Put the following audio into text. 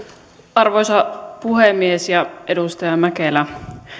arvoisa puhemies edustaja mäkelä